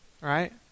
right